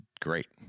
great